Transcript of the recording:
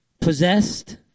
possessed